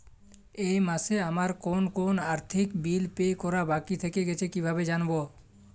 এই মাসে আমার কোন কোন আর্থিক বিল পে করা বাকী থেকে গেছে কীভাবে জানব?